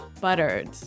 Buttered